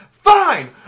Fine